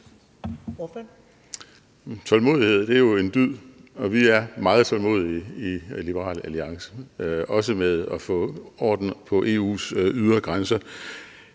Tålmodighed er jo en dyd, og vi er meget tålmodige i Liberal Alliance, også med hensyn til at få orden på EU's ydre grænser.